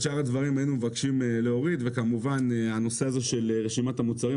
את שאר הדברים היינו מבקשים להוריד וכמובן הנושא הזה של רשימת המוצרים,